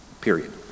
Period